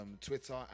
Twitter